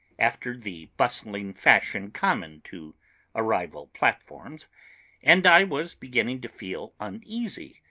after the bustling fashion common to arrival platforms and i was beginning to feel uneasy,